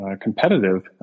competitive